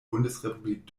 bundesrepublik